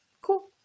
Cool